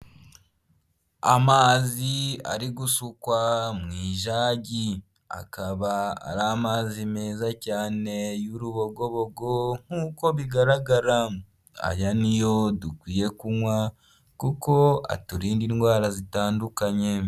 Amazi ari gushukwa mu ijagi akaba ari amazi meza cyane y'urubogobogo nk'uko bigaragara, aya niyo dukwiye kunywa kuko aturinda indwara zitandukanye.